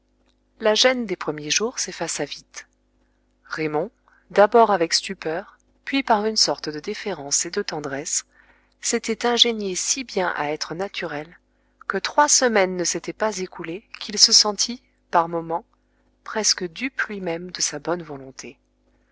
la gêne des premiers jours s'effaça vite raymond d'abord avec stupeur puis par une sorte de déférence et de tendresse s'était ingénié si bien à être naturel que trois semaines ne s'étaient pas écoulées qu'il se sentit par moments presque dupe lui-même de sa bonne volonté